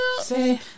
Say